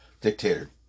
dictator